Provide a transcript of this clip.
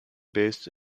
based